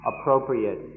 appropriate